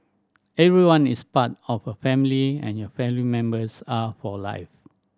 everyone is part of a family and your family members are for life